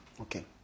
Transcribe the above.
Okay